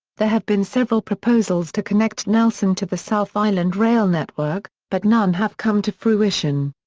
there have been several proposals to connect nelson to the south island rail network, but none have come to fruition.